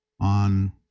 on